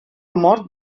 mort